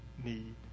need